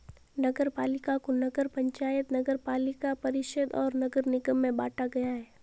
नगरपालिका को नगर पंचायत, नगरपालिका परिषद और नगर निगम में बांटा गया है